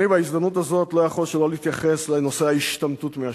בהזדמנות הזאת אני לא יכול שלא להתייחס לנושא ההשתמטות מהשירות.